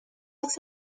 عکس